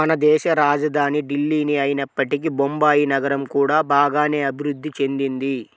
మనదేశ రాజధాని ఢిల్లీనే అయినప్పటికీ బొంబాయి నగరం కూడా బాగానే అభిరుద్ధి చెందింది